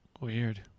Weird